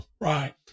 Right